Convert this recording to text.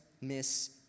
miss